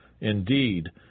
Indeed